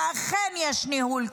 ואכן יש ניהול כושל,